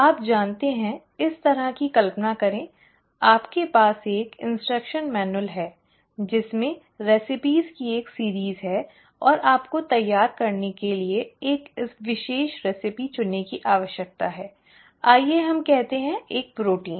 आप जानते हैं इस तरह की कल्पना करें आपके पास एक निर्देश पुस्तिका है जिसमें व्यंजनों की एक श्रृंखला है और आपको तैयार करने के लिए एक विशिष्ट नुस्खा चुनने की आवश्यकता है आइए हम कहते हैं एक प्रोटीन